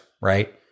right